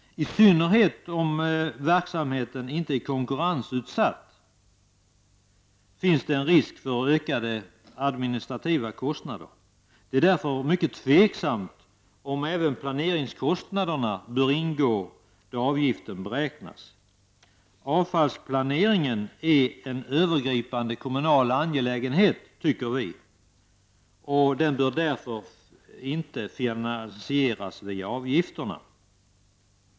I synnerhet då verksamheten inte är konkurrensutsatt finns en risk för ökade administrativa kostnader. Det är därför mycket tveksamt om även planeringskostnader bör ingå då avgiften beräknas. Avfallsplaneringen är en övergripande kommunal angelägenhet, tycker vi, och den bör därför inte finansieras via avgifterna.